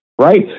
right